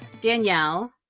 Danielle